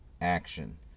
action